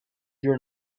your